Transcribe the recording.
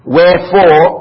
Wherefore